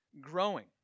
growing